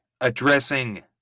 addressing